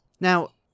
Now